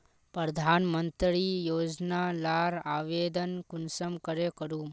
प्रधानमंत्री योजना लार आवेदन कुंसम करे करूम?